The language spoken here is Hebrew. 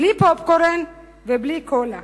בלי פופקורן ובלי קולה